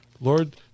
Lord